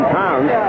pounds